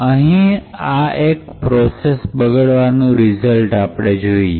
અહીં હવે આ એક પ્રોસેસ બગડવાનું રીઝલ્ટ આપણે જોઈએ